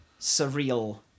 surreal